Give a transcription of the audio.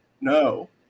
No